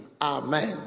Amen